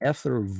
Ether